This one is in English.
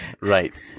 right